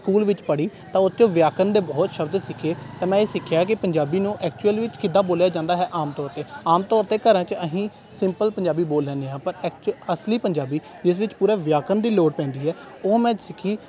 school ਵਿੱਚ ਪੜ੍ਹੀ ਤਾਂ ਉੱਥੋਂ ਵਿਆਕਰਨ ਦੇ ਬਹੁਤ ਸ਼ਬਦ ਸਿੱਖੇ ਤਾਂ ਮੈਂ ਇਹ ਸਿੱਖਿਆ ਕਿ ਪੰਜਾਬੀ ਨੂੰ ਐਕਚੂਅਲ ਵਿੱਚ ਕਿੱਦਾਂ ਬੋਲਿਆ ਜਾਂਦਾ ਹੈ ਆਮ ਤੋਰ 'ਤੇ ਆਮ ਤੋਰ 'ਤੇ ਘਰਾਂ 'ਚ ਅਸੀਂ ਸਿੰਪਲ ਪੰਜਾਬੀ ਬੋਲ ਲੈਂਦੇ ਹਾਂ ਪਰ ਐਕਚ ਅਸਲੀ ਪੰਜਾਬੀ ਜਿਸ ਵਿੱਚ ਪੂਰਾ ਵਿਆਕਰਨ ਦੀ ਲੋੜ ਪੈਂਦੀ ਹੈ ਉਹ ਮੈਂ ਸਿੱਖੀ